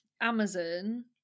Amazon